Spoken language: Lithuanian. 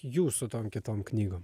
jūsų tom kitom knygom